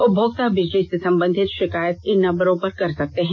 उपमोक्ता बिजली से संबंधित षिकायत इन नंबरो पर कर सकते हैं